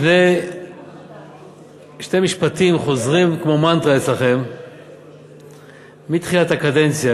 שני משפטים חוזרים כמו מנטרה אצלכם מתחילת הקדנציה,